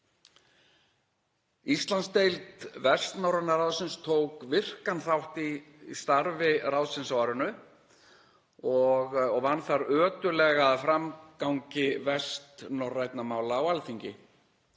Íslandsdeild Vestnorræna ráðsins tók virkan þátt í starfi ráðsins á árinu og vann þar ötullega að framgangi vestnorrænna mála á Alþingi.